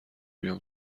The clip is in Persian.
بیام